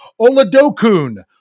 Oladokun